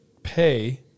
pay